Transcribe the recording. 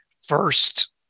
first